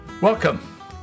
Welcome